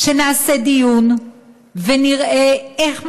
שנעשה דיון ונראה איך,